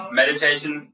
meditation